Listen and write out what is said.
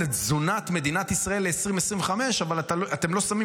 לתזונת מדינת ישראל ל-2025 אבל אתם לא שמים